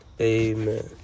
amen